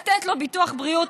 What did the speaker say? לתת לו ביטוח בריאות,